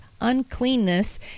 uncleanness